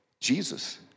Jesus